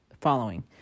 following